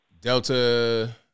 Delta